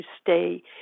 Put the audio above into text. stay